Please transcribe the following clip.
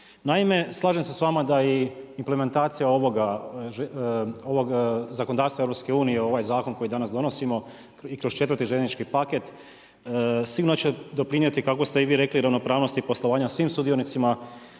Naime, slažem se s vama da je i implementacija ovog zakonodavstva EU, ovaj zakon koji danas donosimo i kroz 4.-ti željeznički paket sigurno će doprinijeti kako ste i vi rekli ravnopravnosti poslovanja svih sudionicima